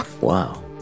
Wow